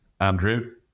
Andrew